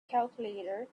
calculator